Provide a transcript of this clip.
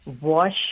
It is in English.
wash